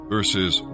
Verses